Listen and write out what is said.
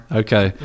okay